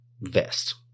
vest